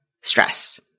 stress